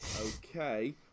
Okay